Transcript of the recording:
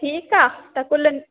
ठीक आहे त कुल